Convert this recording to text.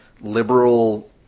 liberal